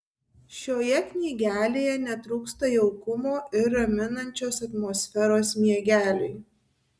šioje knygelėje netrūksta jaukumo ir raminančios atmosferos miegeliui